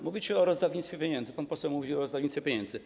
Mówicie o rozdawnictwie pieniędzy, pan poseł mówił o rozdawnictwie pieniędzy.